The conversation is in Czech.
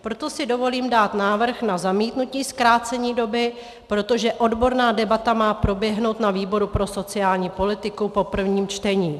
Proto si dovolím dát návrh na zamítnutí zkrácení doby, protože odborná debata má proběhnout na výboru pro sociální politiku po prvním čtení.